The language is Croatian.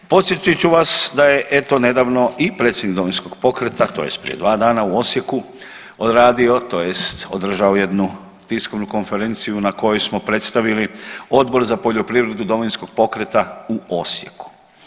Podsjetit ću vas da je eto nedavno i predsjednik Domovinskog pokreta tj. prije dva dana u Osijeku odradio tj. održao jednu tiskovnu konferenciju na kojoj smo predstavili Odbor za poljoprivredu Domovinskog pokreta u Osijeku.